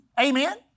amen